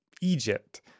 Egypt